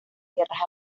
tierras